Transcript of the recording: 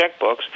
checkbooks